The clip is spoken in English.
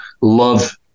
love